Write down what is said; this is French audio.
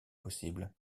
possible